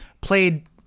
Played